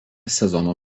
sezono